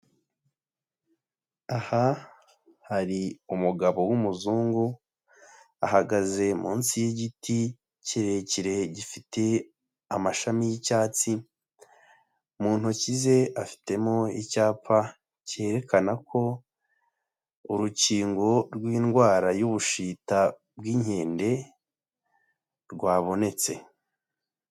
Aha hari umugabo w'umuzungu, ahagaze munsi y'igiti kirekire, gifite amashami y'icyatsi, mu ntoki ze, afitemo icyapa cyerekana ko urukingo rw'indwara y'ubushita bw'inkende rwabonetse.